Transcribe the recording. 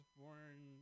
born